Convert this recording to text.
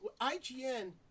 IGN